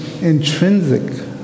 intrinsic